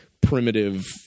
primitive